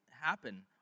happen